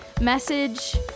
message